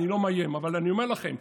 אני לא מאיים אבל אני אומר לכם,